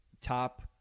top